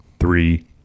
Three